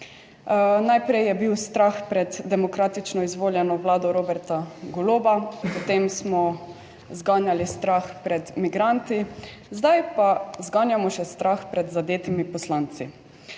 Najprej je bil strah pred demokratično izvoljeno Vlado Roberta Goloba, potem smo zganjali strah pred migranti, zdaj pa zganjamo še strah pred zadetimi poslanci.